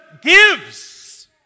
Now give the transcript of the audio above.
gives